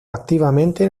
activamente